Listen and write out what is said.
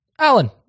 Alan